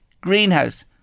greenhouse